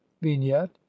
vignette